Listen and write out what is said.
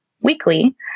weekly